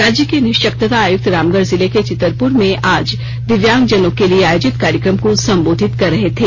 राज्य के निशक्तता आयुक्त रामगढ़ जिले के चितरपुर में आज दिव्यांग जनों के लिए आयोजित कार्यक्रम को संबोधित कर रहे थे